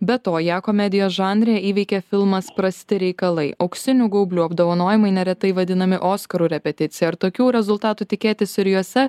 be to ją komedijos žanre įveikė filmas prasti reikalai auksinių gaublių apdovanojimai neretai vadinami oskarų repeticija ir tokių rezultatų tikėtis ir juose